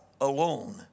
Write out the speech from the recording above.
alone